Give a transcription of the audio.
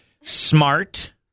Smart